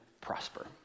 prosper